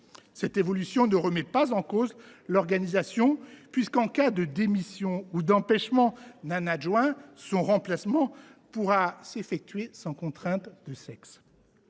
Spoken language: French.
Cette évolution ne remet pas en cause l’organisation, puisque, en cas de démission ou d’empêchement d’un adjoint, son remplacement pourra s’effectuer sans contrainte de sexe.